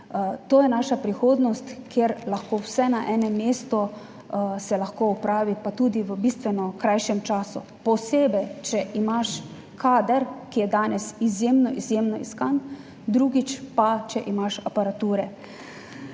to je naša prihodnost, kjer lahko vse na enem mestu se lahko opravi, pa tudi v bistveno krajšem času, posebej, če imaš kader, ki je danes izjemno, izjemno iskan. Drugič pa, če imaš aparature.